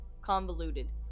convoluted